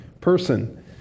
person